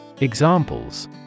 Examples